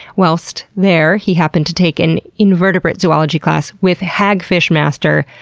whilst there, he happened to take an invertebrate zoology class with hagfish master,